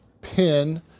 pin